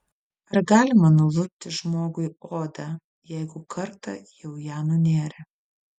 ar galima nulupti žmogui odą jeigu kartą jau ją nunėrė